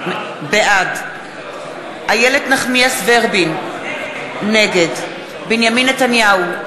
בעד איילת נחמיאס ורבין, נגד בנימין נתניהו,